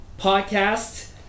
Podcast